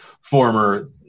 former